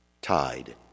Tied